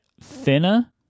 thinner